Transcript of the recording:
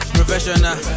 Professional